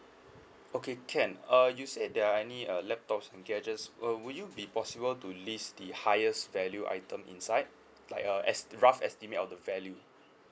okay can uh you say there are any uh laptops and gadgets uh would you be possible to list the highest value item inside like a as rough estimate of the value